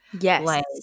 Yes